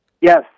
Yes